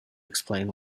explain